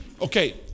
Okay